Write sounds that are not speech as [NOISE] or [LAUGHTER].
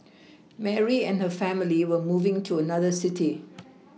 Mary and her family were moving to another city [NOISE]